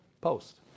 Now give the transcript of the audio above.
Post